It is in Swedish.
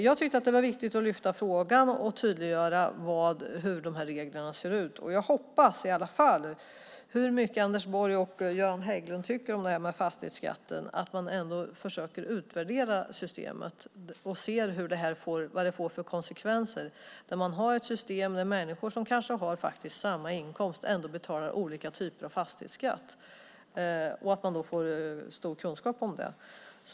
Jag tyckte att det var viktigt att lyfta upp frågan och tydliggöra hur de här reglerna ser ut, och jag hoppas i alla fall, hur mycket Anders Borg och Göran Hägglund än tycker om det här med fastighetsskatten, att man ändå försöker utvärdera systemet för att se vad det får för konsekvenser med ett system där människor som kanske har samma inkomst betalar olika typer av fastighetsskatt. Man måste få stor kunskap om det.